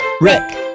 Rick